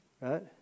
right